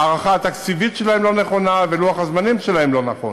ההערכה התקציבית שלהם לא נכונה ולוח הזמנים שלהם לא נכון.